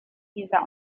dieser